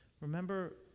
remember